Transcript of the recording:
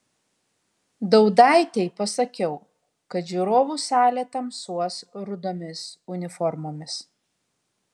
daudaitei pasakiau kad žiūrovų salė tamsuos rudomis uniformomis